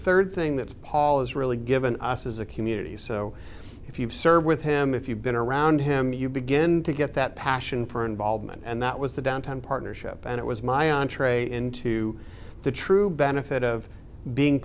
third thing that paul has really given us as a community so if you've served with him if you've been around him you begin to get that passion for involvement and that was the down time partnership and it was my entree into the true